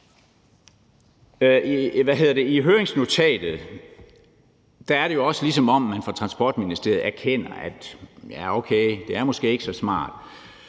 I høringsnotatet er det også, som om man i Transportministeriet erkender, at det måske ikke er så smart.